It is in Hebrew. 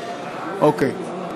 אוקיי.